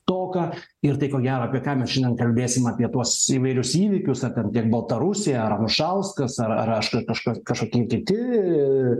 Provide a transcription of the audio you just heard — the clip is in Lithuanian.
stoką ir tai ko gero ką mes šiandien kalbėsim apie tuos įvairius įvykius ar ten tiek baltarusija ar anušauskas ar rašo kažką kažkokie kiti